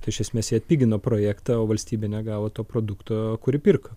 tai iš esmės jie atpigino projektą o valstybė negavo to produkto kurį pirko